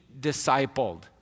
discipled